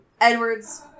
Edward's